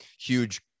huge